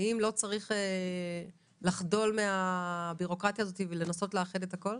האם לא כדאי לחדול מהבירוקרטיה הזו ולנסות לאחד את הכול?